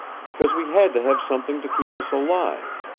because we had to have something to keep us alive.